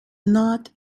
not